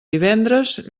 divendres